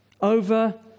over